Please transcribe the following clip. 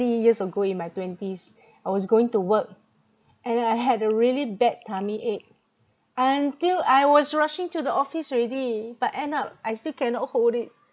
three years ago in my twenties I was going to work and I had a really bad tummy ache until I was rushing to the office already but end up I still cannot hold it